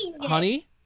Honey